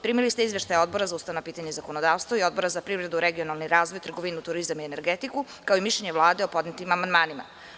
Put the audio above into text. Primili ste izveštaje Odbora za ustavna pitanja i zakonodavstvo i Odbora za privredu, regionalni razvoj, trgovinu, turizam i energetiku, kao i mišljenje Vlade o podnetim amandmanima.